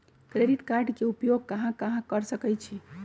Credit card के उपयोग कहां कहां कर सकईछी?